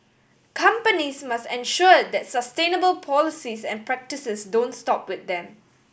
companies must ensure that sustainable policies and practices don't stop with them